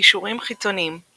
קישורים חיצוניים ==